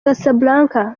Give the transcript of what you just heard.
casablanca